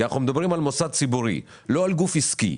כי אנחנו מדברים על מוסד ציבורי ולא על גוף עסקי.